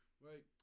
Right